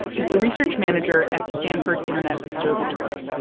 is the research manager at the stanford internet observatory.